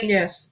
Yes